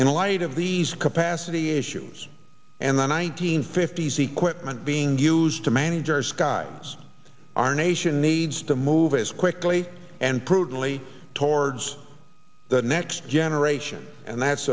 in light of these capacity issues and then i deem fifty z quitman being used to manage our skies our nation needs to move as quickly and prudently towards the next generation and that's